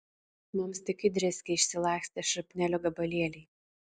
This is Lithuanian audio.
mums tik įdrėskė išsilakstę šrapnelio gabalėliai